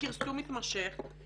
וכרסום מתמשך.